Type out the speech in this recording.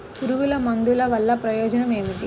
పురుగుల మందుల వల్ల ప్రయోజనం ఏమిటీ?